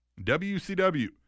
WCW